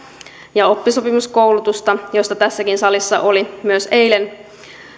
ja oppisopimuskoulutusta josta tässäkin salissa oli myös eilen